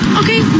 okay